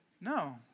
no